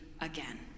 again